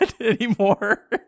anymore